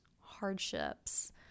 hardships